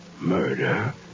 Murder